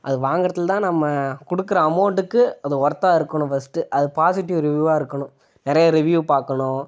அது வாங்கிறத்துல தான் நம்ம கொடுக்குற அமௌண்ட்டுக்கு அது ஒர்த்தா இருக்கணும் ஃபஸ்ட்டு அது பாசிடிவ் ரிவ்யூவாக இருக்கணும் நிறைய ரிவ்யூவ் பார்க்கணும்